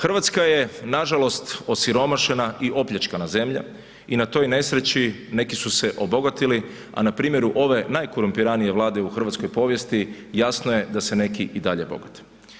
Hrvatska je nažalost osiromašena i opljačkana zemlja i na toj nesreći neki su se obogatili a na primjeru ove najkorumpiranije Vlade u hrvatskoj povijesti, jasno je da se neki i dalje bogate.